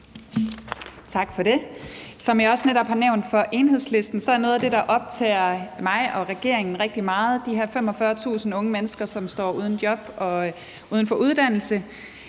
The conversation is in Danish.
Tak for det. Som jeg også netop har nævnt for Enhedslisten, er noget af det, som optager mig og regeringen rigtig meget, de her 45.000 unge mennesker, som står uden job og er uden for uddannelse.